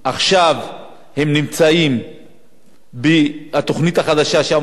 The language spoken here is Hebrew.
זה נמצא בתוכנית החדשה שהמועצה אמורה להגיש.